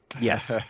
Yes